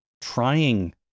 trying